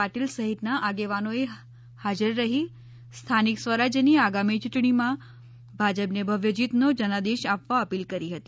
પાટિલ સહિતના આગેવાનોએ હાજર રહી સ્થાનિક સ્વરાજ્યની આગામી ચૂંટણીમાં ભાજપને ભવ્ય જીતનો જનાદેશ આપવા અપીલ કરી હતી